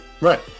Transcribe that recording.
Right